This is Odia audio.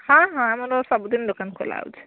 ହଁ ହଁ ଆମର ସବୁଦିନ ଦୋକାନ ଖୋଲା ହେଉଛି